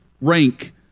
rank